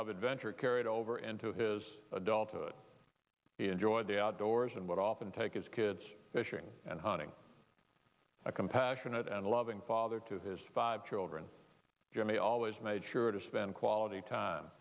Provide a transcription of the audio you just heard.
of adventure carried over into his adulthood enjoyed the outdoors and would often take his kids fishing and hunting a compassionate and loving father to his five children jimmy always made sure to spend quality time